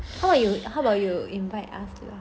how about you how about you invite us